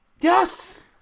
Yes